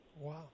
Wow